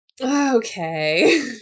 Okay